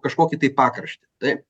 kažkokį tai pakraštį taip